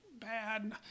bad